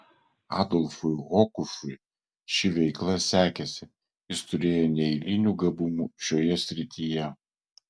adolfui hokušui ši veikla sekėsi jis turėjo neeilinių gabumų šioje srityje